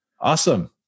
Awesome